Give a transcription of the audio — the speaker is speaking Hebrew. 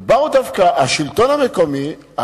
ודווקא השלטון המקומי,